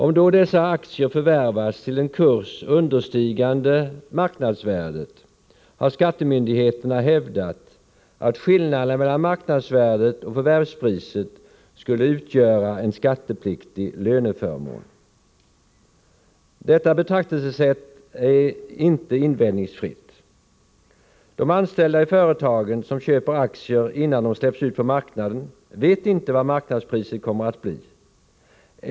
Om då dessa aktier förvärvats till en kurs understigande marknadsvärdet, har skattemyndigheterna hävdat att skillnaden mellan marknadsvärdet och förvärvspriset skulle utgöra en skattepliktig löneförmån. Detta betraktelsesätt är inte invändningsfritt. De anställda i företagen som köper aktier innan aktierna släpps ut på marknaden vet inte vad marknadspriset kommer att bli.